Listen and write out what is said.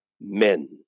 men